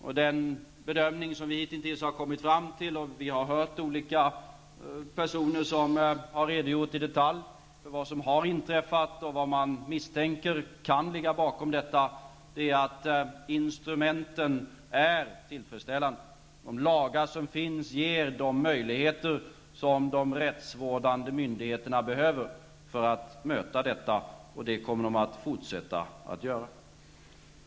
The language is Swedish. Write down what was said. Och den bedömning som vi hitintills har kommit fram till -- och vi har hört olika personer som har redogjort i detalj för vad som har inträffat och vad man misstänker kan ligga bakom detta -- är att instrumenten är tillfredsställande. De lagar som finns ger de möjligheter som de rättsvårdande myndigheterna behöver för att möta detta, och det kommer de att fortsätta att göra.